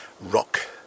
rock